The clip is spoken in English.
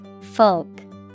Folk